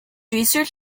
research